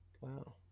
Wow